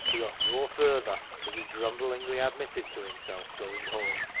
he got noa furrader, as he grumblingly ad mitted to himself going home.